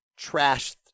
trashed